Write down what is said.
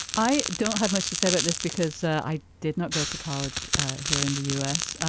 i don't have much to say about this because i did not go to college here in the u s.